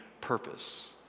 purpose